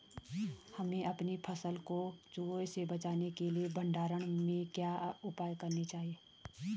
हमें अपनी फसल को चूहों से बचाने के लिए भंडारण में क्या उपाय करने चाहिए?